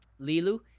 Lilu